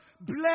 Bless